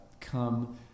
come